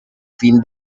fin